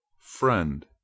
Friend